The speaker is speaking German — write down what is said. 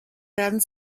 werden